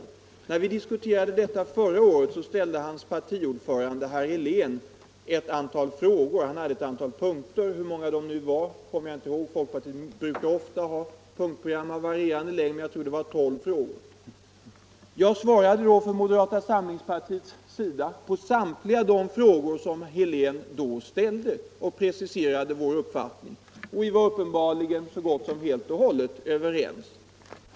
När vi förra året diskuterade detta ämne, ställde hans partiordförande, herr Helén, ett antal frågor — hur många de var kommer jag inte ihåg; folkpartiet brukar ju ofta ha punktprogram av varierande längd — och jag svarade på samtliga frågor för moderata samlingspartiets räkning. Vi var uppenbarligen så gott som helt och hållet överens.